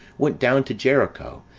went down to jericho,